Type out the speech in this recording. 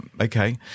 okay